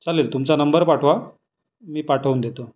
चालेल तुमचा नंबर पाठवा मी पाठवून देतो